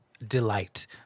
delight